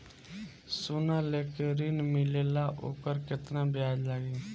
सोना लेके ऋण मिलेला वोकर केतना ब्याज लागी?